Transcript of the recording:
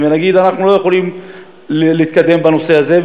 ונגיד: אנחנו לא יכולים להתקדם בנושא הזה,